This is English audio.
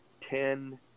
ten